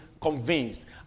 convinced